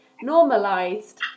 normalized